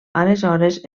aleshores